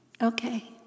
Okay